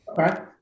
Okay